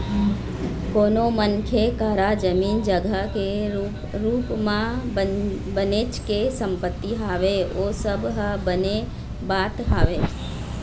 कोनो मनखे करा जमीन जघा के रुप म बनेच के संपत्ति हवय ओ सब ह बने बात हवय